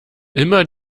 immer